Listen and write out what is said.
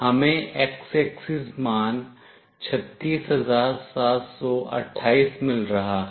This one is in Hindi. हमें x axis मान 36728 मिल रहा है